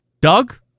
Doug